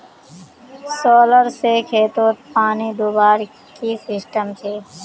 Solar से खेतोत पानी दुबार की सिस्टम छे?